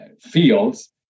fields